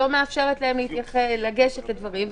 לא מאפשרת להם לגשת לדברים,